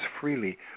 freely